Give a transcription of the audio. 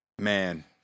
Man